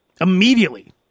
Immediately